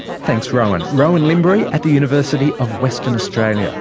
thanks rowan. rowan lymbery at the university of western australia